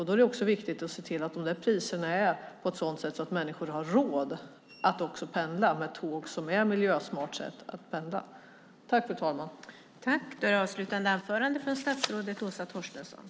Då är det också viktigt att se till att priserna är sådana att människor har råd att pendla med tåg, det vill säga ett miljösmart sätt att pendla.